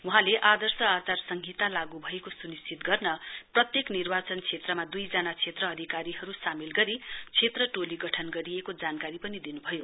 वहाँले आदर्श आचार संहिता लागू भएगको स्निश्चित गर्न प्रतेयेक निर्वाचन क्षेत्रमा दुइ जना क्षेत्र अधिकारीहरू सामेल गरी क्षेत्र टोली गठन गरिएको जानकारी पनि दिनुभयो